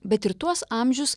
bet ir tuos amžius